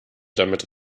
damit